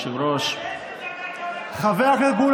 אדוני היושב-ראש, לא שכנע, חבר הכנסת טייב.